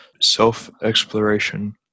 self-exploration